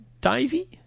Daisy